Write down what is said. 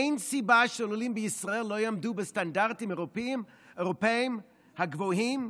אין סיבה שלולים בישראל לא יעמדו בסטנדרטים האירופיים הגבוהים,